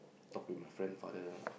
talk with my friend father lah